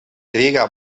triga